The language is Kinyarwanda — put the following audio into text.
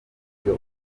ibyo